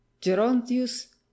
gerontius